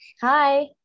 hi